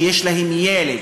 שיש להם ילד,